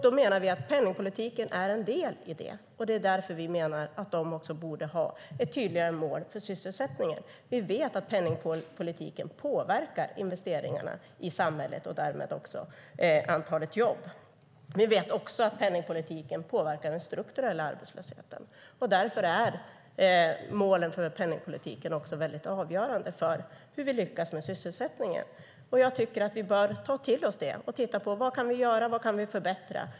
Då menar vi att penningpolitiken är en del i det. Därför menar vi att Riksbanken också borde ha ett tydligare mål för sysselsättningen. Vi vet att penningpolitiken påverkar investeringarna i samhället och därmed också antalet jobb. Vi vet också att penningpolitiken påverkar den strukturella arbetslösheten. Därför är målen för penningpolitiken också väldigt avgörande för hur vi lyckas med sysselsättningen. Jag tycker att vi bör ta till oss detta och se vad vi kan göra och vad vi kan förbättra.